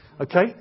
Okay